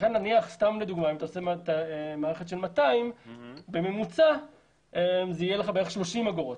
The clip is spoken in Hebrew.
לכן אם תעשה מערכת של 200 בממוצע זה יהיה בערך 30 אגורות.